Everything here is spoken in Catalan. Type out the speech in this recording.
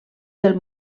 del